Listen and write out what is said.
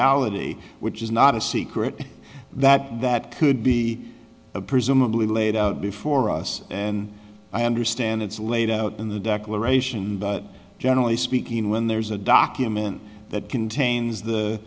ality which is not a secret that that could be presumably laid out before us and i understand it's laid out in the declaration but generally speaking when there's a document that contains